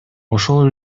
ошол